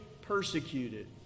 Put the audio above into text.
persecuted